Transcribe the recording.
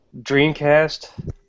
Dreamcast